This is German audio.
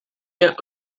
mir